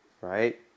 right